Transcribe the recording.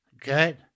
Good